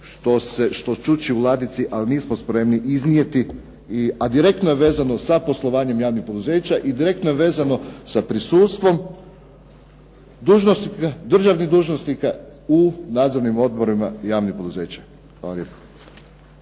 što čuči u ladici, ali nismo spremni iznijeti, a direktno je vezano sa poslovanjem javnih poduzeća i direktno je vezano sa prisustvom dužnosnika, državnih dužnosnika u nadzornim odborima javnih poduzeća.